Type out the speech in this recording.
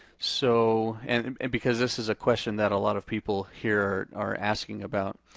so and and because this is a question that a lot of people here are asking about.